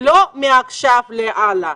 לא מעכשיו והלאה,